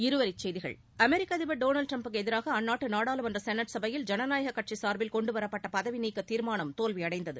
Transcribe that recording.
இருவரிச்செய்திகள் அமெரிக்க அதிபர் திரு டொனால்ட் ட்ரம்ப்புக்கு எதிராக அந்நாட்டு நாடாளுமன்ற சௌட் சபையில் ஜனநாயகக் கட்சி சார்பில் கொண்டு வரப்பட்ட பதவி நீக்கத் தீர்மானம் தோல்வியடைந்தது